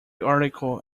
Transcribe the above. article